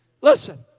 Listen